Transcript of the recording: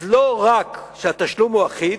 אז לא רק שהתשלום הוא אחיד,